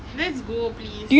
let's go please